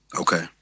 Okay